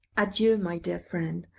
adieu, my dear friend.